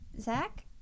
Zach